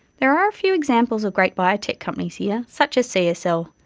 there are a few examples of great biotech companies here, such as csl,